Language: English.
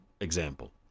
example